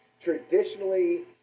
Traditionally